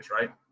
right